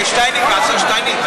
השר שטייניץ,